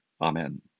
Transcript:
Amen